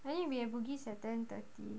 I think we meet at bugis at ten thirty